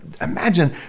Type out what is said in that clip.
Imagine